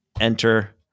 enter